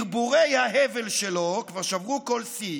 ברבורי ההבל שלו כבר שברו כל שיא.